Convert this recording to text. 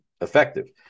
effective